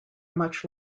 much